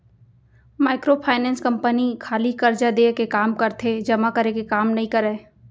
micro finance company खाली करजा देय के काम करथे जमा करे के काम नइ करय